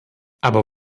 aber